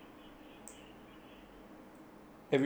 every friday right damn